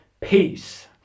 peace